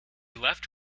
left